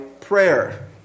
prayer